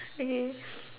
okay